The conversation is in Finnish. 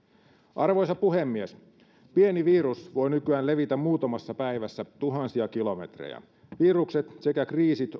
arvoisa puhemies pieni virus voi nykyään levitä muutamassa päivässä tuhansia kilometrejä virukset sekä kriisit